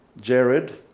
Jared